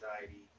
anxiety